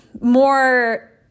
more